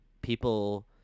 people